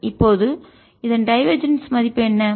இப்போது இதன் டைவர்ஜன்ஸ் மதிப்பு என்ன